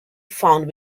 found